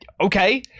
Okay